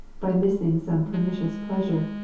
by missing some pernicious pleasure,